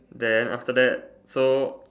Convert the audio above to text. then after that so